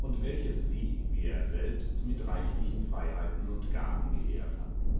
und welches sie wie er selbst mit reichlichen freiheiten und gaben geehrt hatten